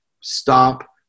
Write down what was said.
stop